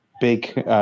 big